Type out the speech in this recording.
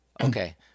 Okay